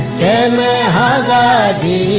and da da da